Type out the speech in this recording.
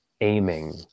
aiming